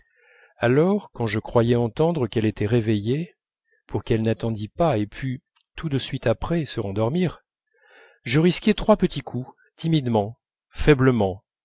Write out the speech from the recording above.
alors quand je croyais entendre qu'elle était réveillée pour qu'elle n'attendît pas et pût tout de suite après se rendormir je risquais trois petits coups timidement faiblement